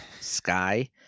Sky